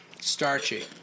starchy